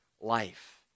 life